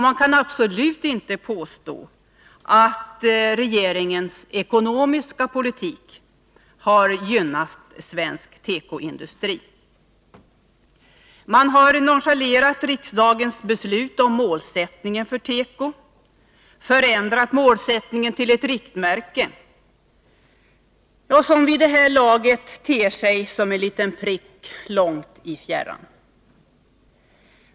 Man kan absolut inte påstå att regeringens ekonomiska politik har gynnat svensk tekoindustri. Man har nonchalerat riksdagens beslut om målsättningen för teko, förändrat målsättningen till ett riktmärke, som vid det här laget ter sig som en liten prick långt i fjärran.